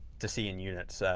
to see in units.